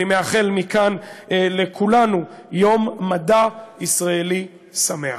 אני מאחל מכאן לכולנו יום מדע ישראלי שמח.